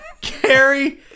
Carrie